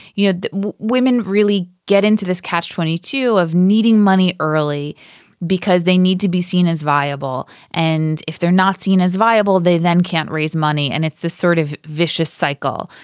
you know that women really get into this catch twenty two of needing money early because they need to be seen as viable and if they're not seen as viable they then can't raise money and it's the sort of vicious cycle.